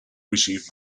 receive